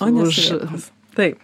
už taip